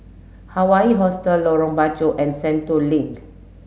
Hawaii Hostel Lorong Bachok and Sentul Link